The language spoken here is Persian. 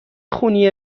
خونی